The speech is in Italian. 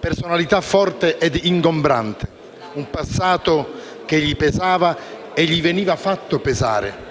personalità forte e ingombrante, un passato che gli pesava e gli veniva fatto pesare: